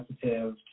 sensitive